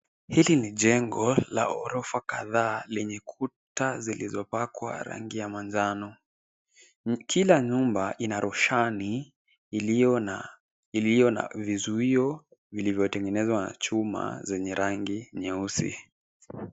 Hiki ni jengo la ghorofa kadhaa lenye kuta zilizopakwa rangi ya manjano. Kila nyumba ina roshani iliyo na vizuo vilivyotengenezwa na chuma zenye rangi nyeusi.